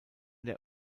der